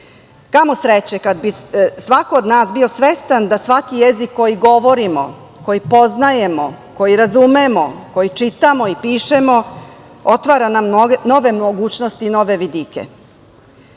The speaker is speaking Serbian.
Kamo sreće kada bi svako od nas bio svestan da svaki jezik koji govorimo, koji poznajemo, koji razumemo, koji čitamo i pišemo, otvara nam nove mogućnosti i nove vidike. Ja